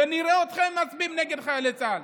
ונראה אתכם מצביעים נגד חיילי צה"ל.